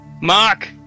Mark